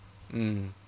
mm